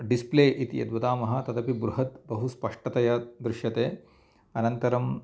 display इति यद्वदामः तदऽपि बृहत् बहु स्पष्टतया दृश्यते अनन्तरं